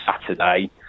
Saturday